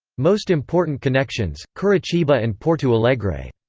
most important connections curitiba and porto alegre.